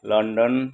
London